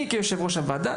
אני כיושב ראש הוועדה,